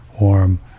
warm